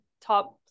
top